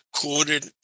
quoted